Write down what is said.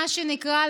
מה שנקרא,